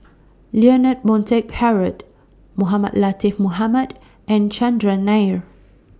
Leonard Montague Harrod Mohamed Latiff Mohamed and Chandran Nair